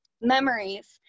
memories